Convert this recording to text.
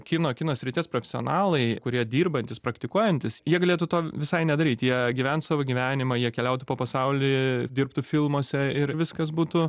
kino kino srities profesionalai kurie dirbantys praktikuojantys jie galėtų to visai nedaryt jie gyvens savo gyvenimą jie keliautų po pasaulį dirbtų filmuose ir viskas būtų